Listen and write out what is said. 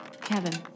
Kevin